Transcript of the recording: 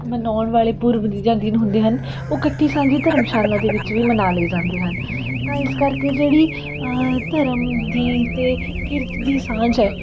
ਮਨਾਉਣ ਵਾਲੇ ਪੁਰਬ ਦੀ ਜਾਂ ਦਿਨ ਹੁੰਦੇ ਹਨ ਉਹ ਇਕੱਠੀ ਸਾਂਝੀ ਧਰਮਸ਼ਾਲਾ ਦੇ ਵਿੱਚ ਵੀ ਮਨਾ ਲਏ ਜਾਂਦੇ ਹਨ ਤਾਂ ਇਸ ਕਰਕੇ ਜਿਹੜੀ ਧਰਮ ਦੀ ਅਤੇ ਕਿਰਤ ਦੀ ਸਾਂਝ ਹੈ